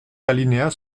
alinéas